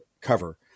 cover